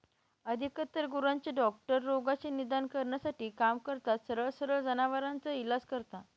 अधिकतर गुरांचे डॉक्टर रोगाचे निदान करण्यासाठी काम करतात, सरळ सरळ जनावरांवर इलाज करता